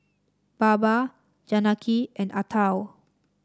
Baba Janaki and Atal